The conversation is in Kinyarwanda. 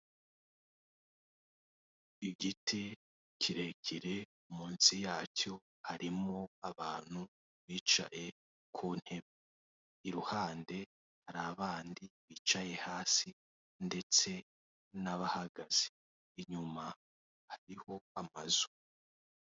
Igiti kirekire munsi yacyo harimo abantu bicaye ku ntebe iruhande hari abandi bicaye hasi ndetse n'abahagaze inyuma hariho amazu.